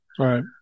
right